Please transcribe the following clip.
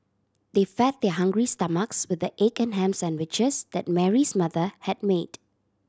they fed their hungry stomachs with the egg and ham sandwiches that Mary's mother had made